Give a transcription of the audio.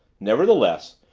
nevertheless,